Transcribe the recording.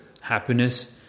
Happiness